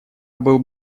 был